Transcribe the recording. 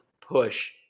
push